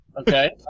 Okay